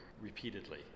repeatedly